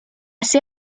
ser